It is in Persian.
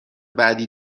بعدی